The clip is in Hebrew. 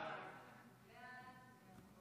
סעיף 2, כהצעת הוועדה ועם